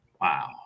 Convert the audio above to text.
wow